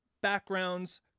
backgrounds